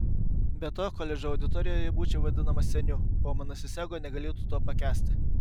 be to koledžo auditorijoje būčiau vadinamas seniu o manasis ego negalėtų to pakęsti